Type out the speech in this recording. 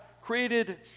created